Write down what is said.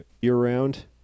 Year-round